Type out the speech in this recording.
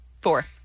Four